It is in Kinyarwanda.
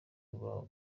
buba